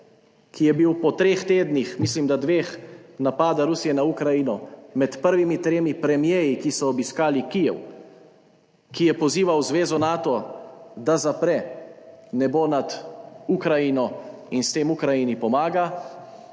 ki je bil po treh tednih, mislim, da dveh, napada Rusije na Ukrajino med prvimi tremi premierji, ki so obiskali Kijev, ki je pozival zvezo Nato, da zapre nebo nad Ukrajino in s tem Ukrajini pomaga,